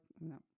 no